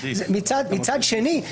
מצד שני,